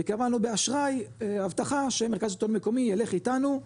וקיבלנו באשראי הבטחה שמרכז השלטון המקומי ילך איתנו,